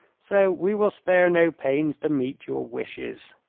so we will spare no pains to meet your wishes.